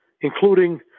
including